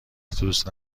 دوست